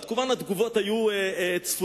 כמובן, התגובות היו צפויות.